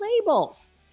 labels